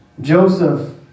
Joseph